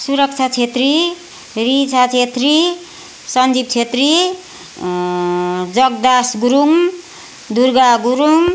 सुरक्षा छेत्री रिचा छेत्री सन्जीव छेत्री जग्दास गुरुङ दुर्गा गुरुङ